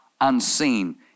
unseen